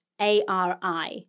A-R-I